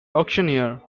auctioneer